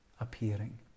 appearing